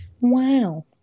Wow